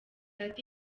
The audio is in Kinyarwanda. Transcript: ati